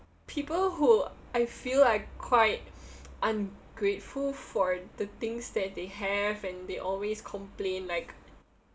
people who I feel are quite ungrateful for the things that they have and they always complain like